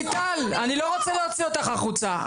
רויטל, אני לא רוצה להוציא אותך החוצה.